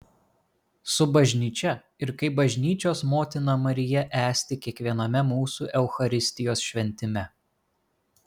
su bažnyčia ir kaip bažnyčios motina marija esti kiekviename mūsų eucharistijos šventime